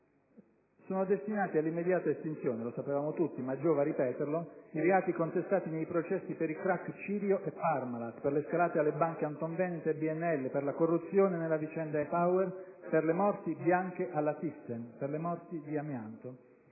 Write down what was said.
Sono destinati all'immediata estinzione - lo sapevamo tutti, ma giova ripeterlo - i reati contestati nei processi per i *crac* Cirio e Parmalat, per le scalate alle banche Antonveneta e BNL, per la corruzione nella vicenda ENI Power, per le morti bianche alla ThyssenKrupp, per le morti di amianto.